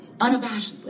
unabashedly